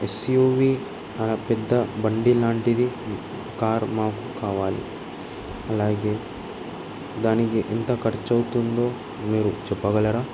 yes U V పెద్ద బండి లాంటిది కార్ మాకు కావాలి అలాగే దానికి ఎంత ఖర్చువుతుందో మీరు చెప్పగలరా